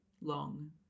long